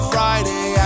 Friday